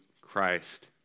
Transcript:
Christ